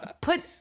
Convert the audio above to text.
put